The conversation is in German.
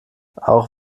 auch